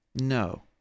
No